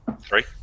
Three